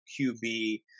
QB